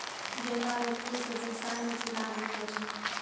गेंदा रो फूल से व्यबसाय मे भी लाब होलो छै